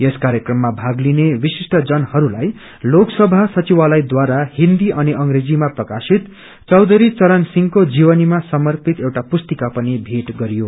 यस कार्यक्रममा भागलिने विशिष्टजनहरूलाई लोकसभा सचिवालयद्वारा हिन्दी अनि अंग्रेजीमा प्रकाशित चौधरी चरण सिंहको जीवनीमा समर्पित एउटा पुस्तिका पनि भेट गरियो